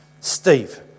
Steve